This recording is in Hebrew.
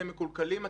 אתם מקולקלים,